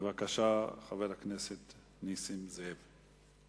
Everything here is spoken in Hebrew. בבקשה, חבר הכנסת נסים זאב.